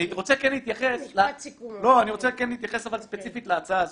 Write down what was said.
אני כן רוצה להתייחס ספציפית להצעה הזאת.